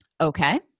Okay